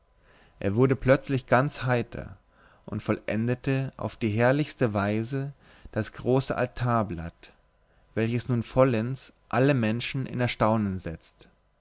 er wurde plötzlich ganz heiter und vollendete auf die herrlichste weise das große altarblatt welches nun vollends alle menschen in erstaunen setzt